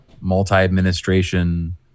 multi-administration